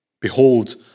Behold